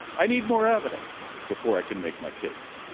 i need more evidence before i can make my case,